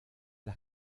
las